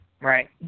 right